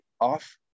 off